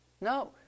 No